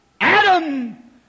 Adam